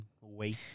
wait